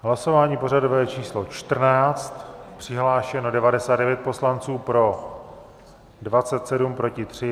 Hlasování pořadové číslo 14, přihlášeno 99 poslanců, pro 27, proti 3.